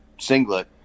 Singlet